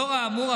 לאור האמור,